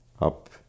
up